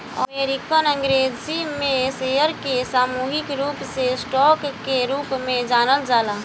American अंग्रेजी में share के सामूहिक रूप से स्टॉक के रूप में जानल जाला